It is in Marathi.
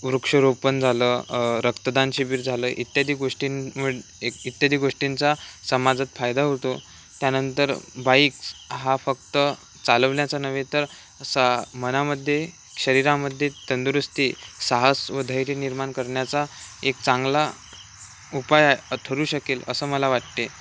वृक्षरोपण झालं रक्तदान शिबीर झालं इत्यादी गोष्टींम एक इत्यादी गोष्टींचा समाजात फायदा होतो त्यानंतर बाईक्स हा फक्त चालवण्याचा नव्हे तर असा मनामध्ये शरीरामध्ये तंदुरुस्ती साहस व धैर्य निर्माण करण्याचा एक चांगला उपाय ठरू शकेल असं मला वाटते